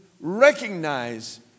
recognize